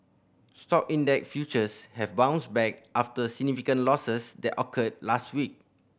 stock index futures have bounced back after significant losses that occurred last week